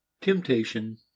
Temptation